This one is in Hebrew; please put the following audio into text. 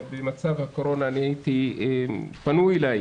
במצב הקורונה פנו אליי